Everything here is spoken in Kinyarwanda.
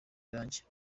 irangi